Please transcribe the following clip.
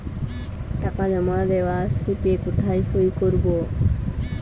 টাকা জমা দেওয়ার স্লিপে কোথায় সই করব?